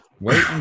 Wait